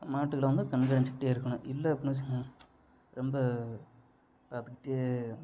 மாட்டுக்களை வந்து கண்காணிச்சிக்கிட்டே இருக்கணும் இல்லை அப்பின்னா வச்சுக்கோங்க ரொம்ப பார்த்துக்கிட்டே